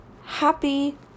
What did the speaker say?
happy